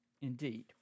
Indeed